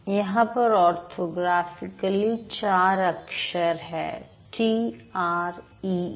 यहां पर ऑर्थोग्राफिकली चार अक्षर है टी आर इ इ